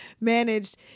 managed